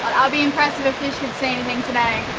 i'll be impressed if a fish could see anything today